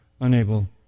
unable